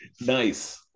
nice